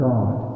God